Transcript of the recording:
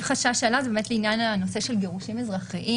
לעניין נושא גירושין אזרחיים.